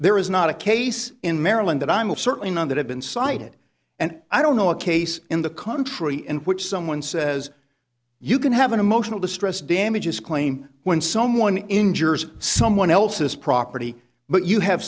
there is not a case in maryland that i will certainly not that have been cited and i don't know a case in the country in which someone says you can have an emotional distress damages claim when someone injures someone else's property but you have